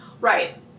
right